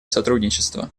сотрудничество